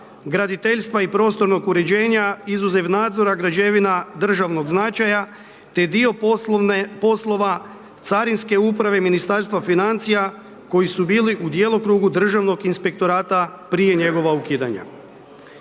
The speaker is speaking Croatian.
graditeljstva i prostornog uređenja, izuzev nadzora građevina državnog značaja, te dio poslova carinske uprave Ministarstva financija, koji su bili u djelokrugu Državnog inspektorata prije njegova ukidanja.